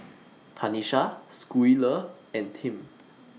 Tanisha Schuyler and Tim